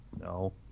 No